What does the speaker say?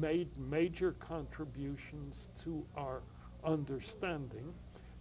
made major contributions to our understanding